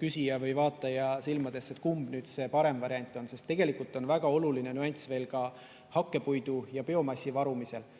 küsija või vaataja silmadesse, et kumb on parem variant. Sest tegelikult on väga oluline nüanss veel ka hakkepuidu ja biomassi varumisel.